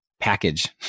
package